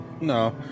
no